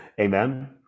Amen